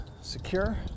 secure